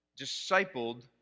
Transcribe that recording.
discipled